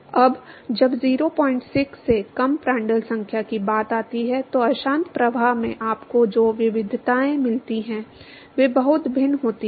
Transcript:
अब जब 06 से कम प्रांड्टल संख्या की बात आती है तो अशांत प्रवाह में आपको जो विविधताएँ मिलती हैं वे बहुत भिन्न होती हैं